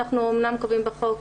אנחנו אומנם קובעים בחוק,